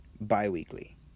bi-weekly